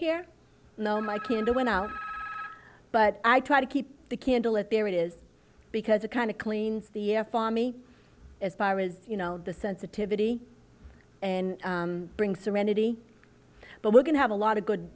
here no my candle went out but i try to keep the candle at there it is because it kind of cleans the air for me as far as you know the sensitivity and bring serenity but we're going to have a lot of good